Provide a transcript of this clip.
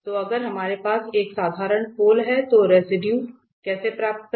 तो अगर हमारे पास एक साधारण पोल है तो रेसिडुए कैसे प्राप्त करें